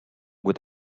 with